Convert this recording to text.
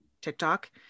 TikTok